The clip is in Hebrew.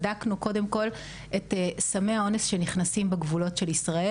בדקנו קודם כל את סמי האונס שנכנסים בגבולות של ישראל,